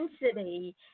intensity